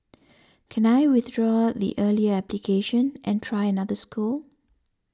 can I withdraw the earlier application and try another school